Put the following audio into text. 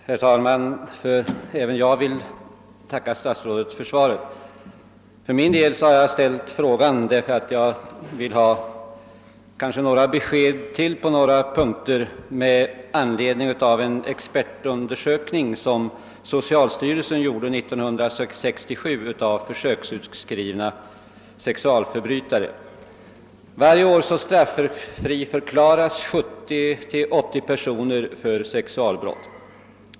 Herr talman! Även jag tackar statsrådet för svaret. För min del har jag ställt frågan därför att jag vill ha besked på ytterligare några punkter med anledning av en expertundersökning om försöksutskrivning av sexualförbrytare som socialstyrelsen verkställde år 1967. Varje år straffriförklaras 70—80 personer för sexualbrott.